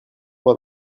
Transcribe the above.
dans